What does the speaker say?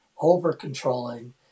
over-controlling